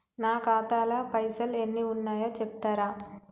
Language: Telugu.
నా ఖాతా లా పైసల్ ఎన్ని ఉన్నాయో చెప్తరా?